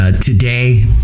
Today